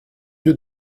lieu